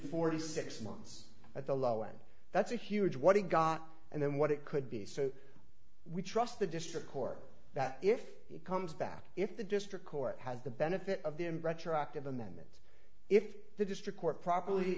forty six months at the law and that's a huge what he got and then what it could be so we trust the district court that if he comes back if the district court has the benefit of the retroactive amendment if the district court properly